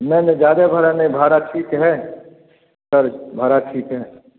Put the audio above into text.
नहीं नहीं ज्यादा भाड़ा नहीं भाड़ा ठीक है सर भाड़ा ठीक है